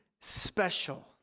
special